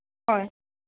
হয়